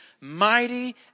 mighty